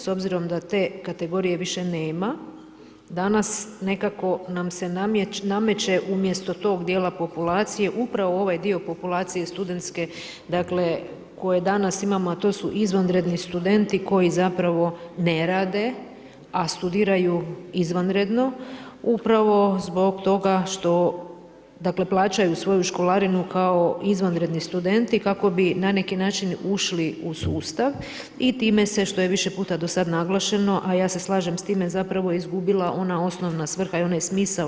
S obzirom da te kategorije više nema, danas nekako nam se nameće umjesto tog dijela populacije upravo ovaj dio populacije studentske koje danas imamo a to su izvanredni studenti koji zapravo ne rade, a studiraju izvanredno upravo zbog toga što dakle plaćaju svoju školarinu kao izvanredni studenti kako bi na neki način ušli u sustav i time se što je više puta do sada naglašeno, a ja se slažem s time zapravo izgubila ona osnovna svrha i onaj smisao.